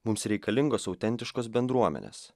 mums reikalingos autentiškos bendruomenės